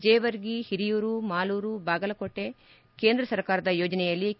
ಜೇವರ್ಗಿ ಹಿರಿಯೂರು ಮಾಲೂರು ಬಾಗಲಕೋಟೆ ಕೇಂದ್ರ ಸರ್ಕಾರದ ಯೋಜನೆಯಲ್ಲಿ ಕೆ